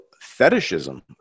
fetishism